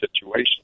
situation